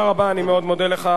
אני מאוד מודה לך, השר.